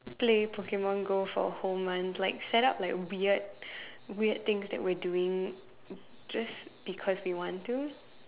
play Pokemon Go for a whole month like set up like weird weird things that we're doing just because we want to